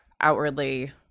outwardly